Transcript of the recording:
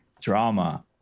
drama